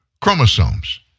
chromosomes